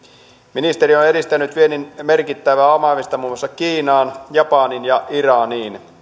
ministeri on edistänyt viennin merkittävää avaamista muun muassa kiinaan japaniin ja iraniin